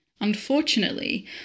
Unfortunately